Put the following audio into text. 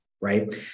right